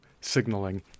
signaling